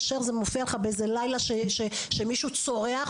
כשזה מופיע לך באיזה לילה שמישהו צורח,